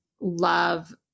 love